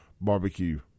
barbecue